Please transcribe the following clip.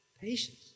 patience